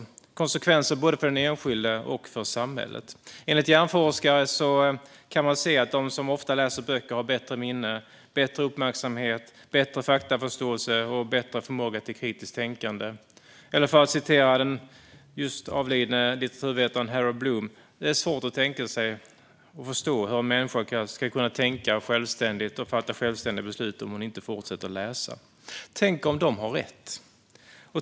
Det blir konsekvenser för både den enskilde och för samhället. Enligt hjärnforskare kan man se att de som ofta läser böcker har bättre minne, bättre uppmärksamhet, bättre faktaförståelse och bättre förmåga till kritiskt tänkande. Eller låt mig återge den just avlidne litteraturvetaren Harold Bloom: Det är svårt att förstå hur en människa ska kunna tänka självständigt och fatta självständiga beslut om hon inte fortsätter att läsa. Tänk om de har rätt.